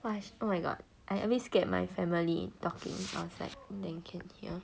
!wah! oh my god I a bit scared my family talking outside then can hear